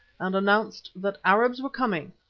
and announced that arabs were coming,